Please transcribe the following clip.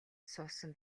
суусан